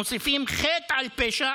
מוסיפים חטא על פשע